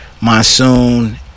monsoon